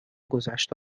گذشت